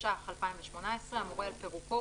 התשע"ח-2018 המורה על פירוקו,